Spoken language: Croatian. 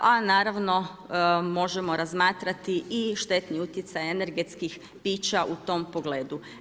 A naravno možemo razmatrati i štetni utjecaj energetskih pića u tom pogledu.